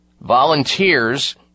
volunteers